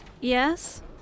yes